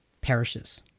perishes